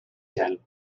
gel